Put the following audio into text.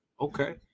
Okay